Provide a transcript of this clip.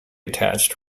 attached